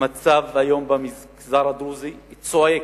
המצב היום במגזר הדרוזי צועק,